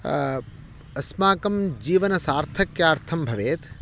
अस्माकं जीवन्सार्थक्यार्थं भवेत्